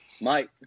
Mike